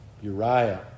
Uriah